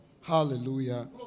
Hallelujah